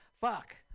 Fuck